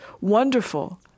wonderful